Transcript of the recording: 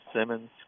Simmons